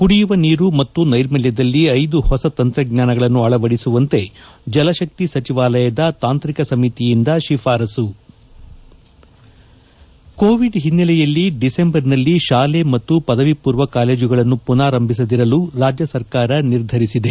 ಕುಡಿಯುವ ನೀರು ಮತ್ತು ನೈರ್ಮಲ್ಯದಲ್ಲಿ ಐದು ಹೊಸ ತಂತ್ರಜ್ಞಾನಗಳನ್ನು ಅಳವದಿಸುವಂತೆ ಜಲಶಕ್ತಿ ಸಚಿವಾಲಯದ ತಾಂತ್ರಿಕ ಸಮಿತಿಯಿಂದ ಶಿಫಾರಸ್ಪು ಕೋವಿಡ್ ಹಿನ್ನೆಲೆಯಲ್ಲಿ ಡಿಸೆಂಬರ್ನಲ್ಲಿ ಶಾಲೆ ಮತ್ತು ಪದವಿ ಪೂರ್ವ ಕಾಲೇಜುಗಳನ್ನು ಪುನಾರಂಭಿಸದಿರಲು ರಾಜ್ಯ ಸರ್ಕಾರ ನಿರ್ಧರಿಸಿದೆ